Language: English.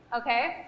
okay